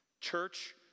Church